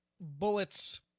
bullets